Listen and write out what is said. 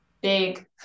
big